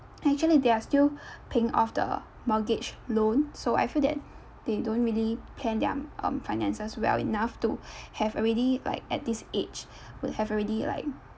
actually they are still paying off the mortgage loan so I feel that they don't really plan their um finances well enough to have already like at this age would have already like